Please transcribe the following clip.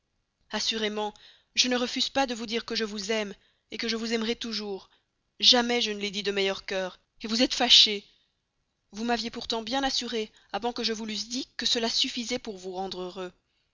assurément je ne refuse pas de vous dire que je vous aime que je vous aimerai toujours jamais je ne l'ai dit de meilleur cœur vous êtes fâché vous m'aviez pourtant bien assuré avant que je vous l'eusse dit que cela suffirait pour vous rendre heureux